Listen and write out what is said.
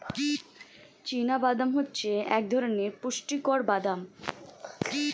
চীনা বাদাম হচ্ছে এক ধরণের পুষ্টিকর বাদাম